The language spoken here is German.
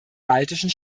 baltischen